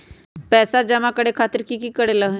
पैसा जमा करे खातीर की करेला होई?